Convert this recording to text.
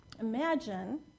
Imagine